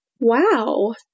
Wow